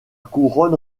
couronne